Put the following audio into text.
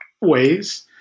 ways